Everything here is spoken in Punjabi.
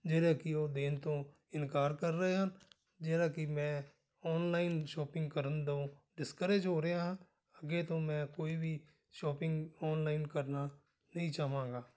ਜਿਹੜਾ ਕਿ ਉਹ ਦੇਣ ਤੋਂ ਇਨਕਾਰ ਕਰ ਰਹੇ ਹਨ ਜਿਹੜਾ ਕਿ ਮੈਂ ਔਨਲਾਈਨ ਸ਼ੋਪਿੰਗ ਕਰਨ ਤੋਂ ਡਿਸਕਰੇਜ ਹੋ ਰਿਹਾ ਹਾਂ ਅੱਗੇ ਤੋਂ ਮੈਂ ਕੋਈ ਵੀ ਸ਼ੋਪਿੰਗ ਔਨਲਾਈਨ ਕਰਨਾ ਨਹੀਂ ਚਾਹਵਾਂਗਾ